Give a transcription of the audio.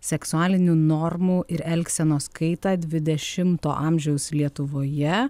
seksualinių normų ir elgsenos kaitą dvidešimto amžiaus lietuvoje